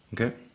Okay